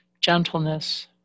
Gentleness